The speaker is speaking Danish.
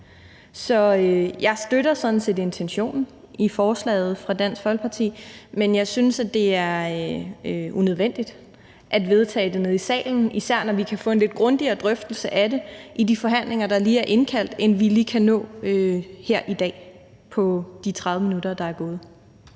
Så jeg støtter sådan set intentionen i forslaget fra Dansk Folkeparti, men jeg synes, at det er unødvendigt at vedtage det her i salen, især når vi kan få en lidt grundigere drøftelse af det i de forhandlinger, der lige er indkaldt til, end vi kan nå her i dag på de 30 minutter, der er gået.